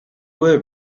were